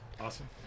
Awesome